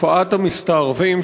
תופעת המסתערבים,